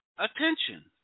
Attention